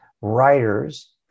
writers